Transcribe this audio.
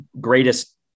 greatest